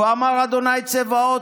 "כה אמר ה' צבאות,